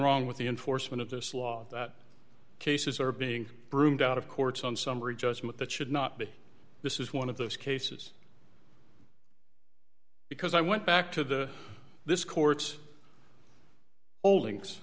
wrong with the enforcement of this law that cases are being broomed out of courts on summary judgment that should not be this is one of those cases because i went back to the this court's holdings